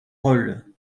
rôles